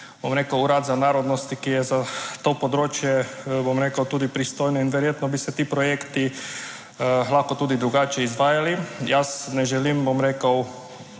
Urad za narodnosti, ki je za to področje, bom rekel, tudi pristojno in verjetno bi se ti projekti lahko tudi drugače izvajali. Jaz ne želim, bom rekel,